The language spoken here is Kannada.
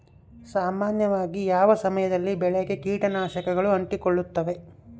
ಸಾಮಾನ್ಯವಾಗಿ ಯಾವ ಸಮಯದಲ್ಲಿ ಬೆಳೆಗೆ ಕೇಟನಾಶಕಗಳು ಅಂಟಿಕೊಳ್ಳುತ್ತವೆ?